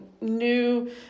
new